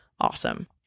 awesome